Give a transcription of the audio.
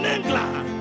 England